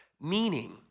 Meaning